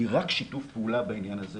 כי רק שיתוף פעולה בעניין הזה